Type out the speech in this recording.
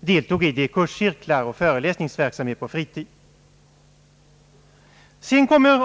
deltog i kurscirklar och föreläsningsverksamhet på området.